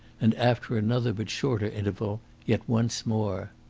and after another but shorter interval yet once more.